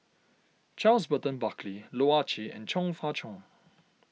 Charles Burton Buckley Loh Ah Chee and Chong Fah Cheong